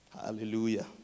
Hallelujah